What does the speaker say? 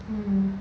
um